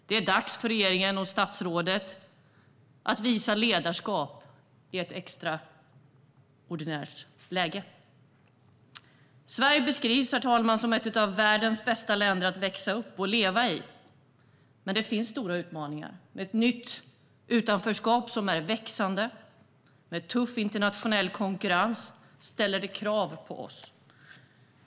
Det är dags för regeringen och statsrådet att visa ledarskap. Sverige beskrivs som ett av världens bästa länder att växa upp och leva i, men det finns stora utmaningar - ett nytt utanförskap som är växande och tuff internationell konkurrens ställer krav på oss.